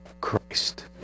Christ